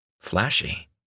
flashy